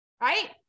right